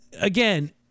again